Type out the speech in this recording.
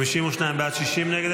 52 בעד, 60 נגד.